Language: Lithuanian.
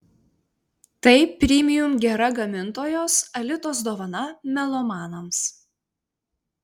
tai premium gera gamintojos alitos dovana melomanams